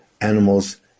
animals